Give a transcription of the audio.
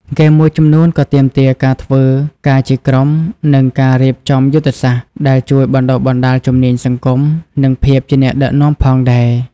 ហ្គេមមួយចំនួនក៏ទាមទារការធ្វើការជាក្រុម និងការរៀបចំយុទ្ធសាស្ត្រ ដែលជួយបណ្ដុះបណ្ដាលជំនាញសង្គម និងភាពជាអ្នកដឹកនាំផងដែរ។